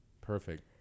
perfect